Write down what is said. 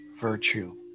virtue